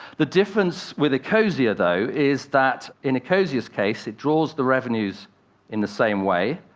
the difference with ecosia though is that, in ecosia's case, it draws the revenues in the same way,